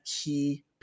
key